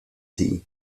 tea